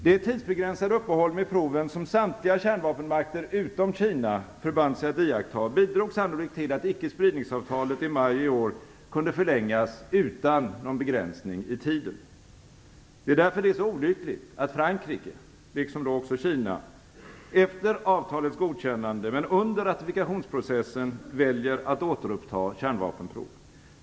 Det tidsbegränsade uppehåll med proven som samtliga kärnvapenmakter utom Kina förband sig att iaktta bidrog sannolikt till att icke-spridningsavtalet i maj i år kunde förlängas utan någon begränsning i tiden. Det är därför det är så olyckligt att Frankrike - liksom Kina - efter avtalets godkännande men under ratifikationsprocessen väljer att återuppta kärnvapenprov.